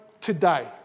today